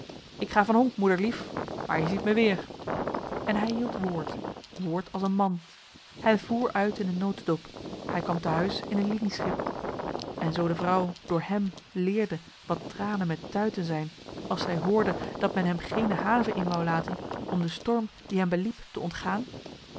ik ga van honk moederlief maar je ziet me weêr en hij hield woord woord als een man hij voer uit in een notedop hij kwam te huis in een linieschip en zoo de vrouw door hem leerde wat tranen met tuiten zijn als zij hoorde dat men hem geene haven in wou laten om den storm die hem beliep te ontgaan